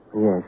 Yes